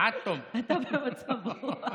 אתה במצב רוח.